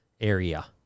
area